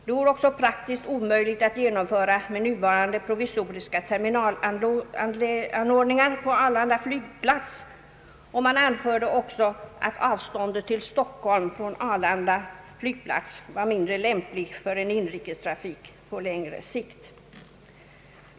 Den vore också praktiskt omöjlig att genomföra med nuvarande provisoriska terminalanordningar på Arlanda flygplats.» Man anförde också att avståndet till Stockholm från Arlanda flygplats var mindre lämpligt för reguljär inrikestrafik på längre sikt.